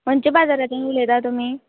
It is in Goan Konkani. खंयच्या बाजारांतल्यान उलयता तुमी